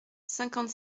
cinquante